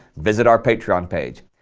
visit our patreon page.